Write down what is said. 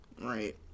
Right